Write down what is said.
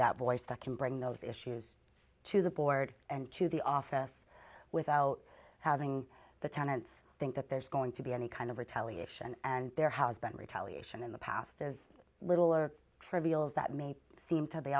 can bring those issues to the board and to the office without having the tenants think that there's going to be any kind of retaliation and there has been retaliation in the past as little or trivial as that may seem to